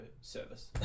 service